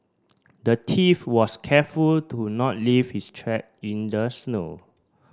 the thief was careful to not leave his track in the snow